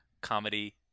comedy